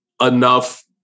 enough